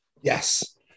Yes